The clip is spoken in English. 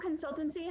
consultancy